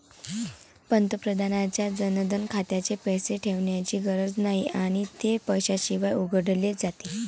पंतप्रधानांच्या जनधन खात्यात पैसे ठेवण्याची गरज नाही आणि ते पैशाशिवाय उघडले जाते